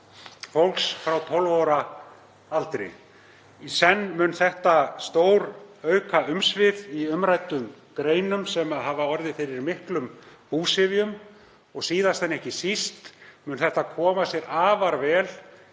fólks frá 12 ára aldri. Í senn mun þetta stórauka umsvif í umræddum greinum sem hafa orðið fyrir miklum búsifjum og síðast en ekki síst mun þetta koma sér afar vel fyrir